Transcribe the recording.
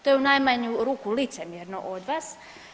To je u najmanju ruku licemjerno od vas.